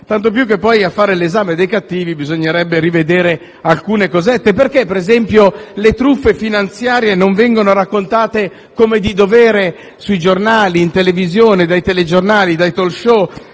Tanto più che poi, a fare l'esame dei cattivi, bisognerebbe rivedere alcune cosette: perché, per esempio, le truffe finanziarie non vengono raccontate come di dovere sui giornali, in televisione, dai telegiornali o dai *talk show*?